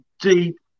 deep